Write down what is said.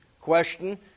question